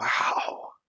Wow